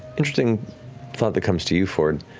interesting thought that comes to you, fjord.